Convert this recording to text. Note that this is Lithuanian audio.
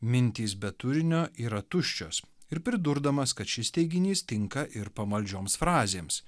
mintys be turinio yra tuščios ir pridurdamas kad šis teiginys tinka ir pamaldžioms frazėms